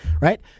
right